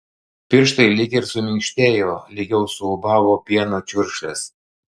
pirštai lyg ir suminkštėjo lygiau suūbavo pieno čiurkšlės